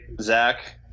Zach